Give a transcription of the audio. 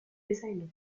designer